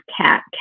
cat